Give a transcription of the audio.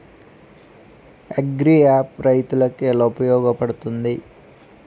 Agri app రైతులకి ఏలా ఉపయోగ పడుతుంది?